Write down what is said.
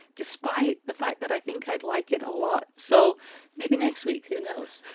despite the fact that i think i'd like it a lot. so maybe next week. who knows?